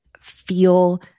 feel